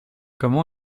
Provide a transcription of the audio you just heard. comment